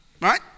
Right